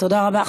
תודה רבה.